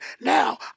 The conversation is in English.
now